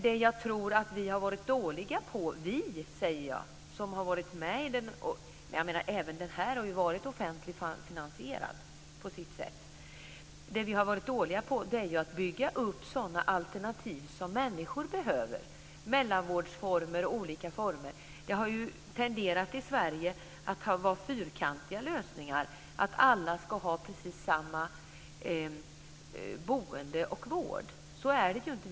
Det som vi har varit dåliga på är att bygga upp sådana alternativ som människor behöver, mellanvårdsformer och andra olika former. Det har funnits en tendens i Sverige till att lösningarna har varit fyrkantiga, att alla ska ha precis samma boende och vård. Så är det ju inte.